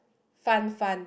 fun fun